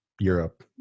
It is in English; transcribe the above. europe